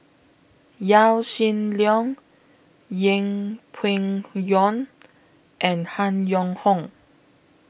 Yaw Shin Leong Yeng Pway Ngon and Han Yong Hong